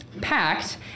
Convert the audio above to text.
packed